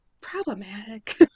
problematic